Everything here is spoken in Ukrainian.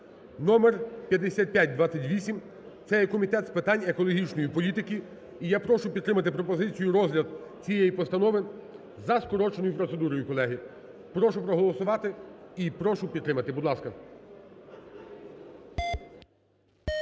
(номер 5528), це є Комітет з питань екологічної політики. І я прошу підтримати пропозицію: розгляд цієї постанови за скороченою процедурою, колеги. Прошу проголосувати і прошу підтримати. Будь ласка.